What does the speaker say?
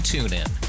TuneIn